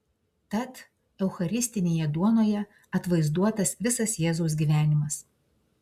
tad eucharistinėje duonoje atvaizduotas visas jėzaus gyvenimas